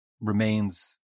remains